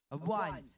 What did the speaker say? One